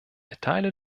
erteile